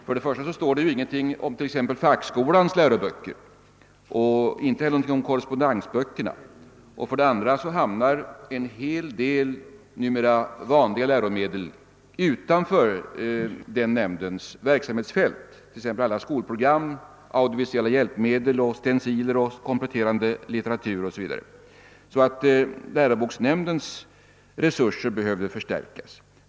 För det första står det ingenting t.ex. om fackskolans läroböcker eller om böckerna i korrespondensundervisningen, och för det andra hamnar en hel del av de numera vanliga läromedlen utanför nämndens verksamhetsfält, t.ex. alla skolprogram, audiovisuella hjälpmedel, stenciler, kompletterande litteratur o.s.v. Läroboksnämndens resurser behöver alltså förstärkas.